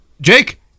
Jake